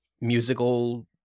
musical